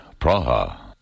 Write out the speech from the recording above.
Praha